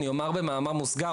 אני אומר במאמר מוסגר,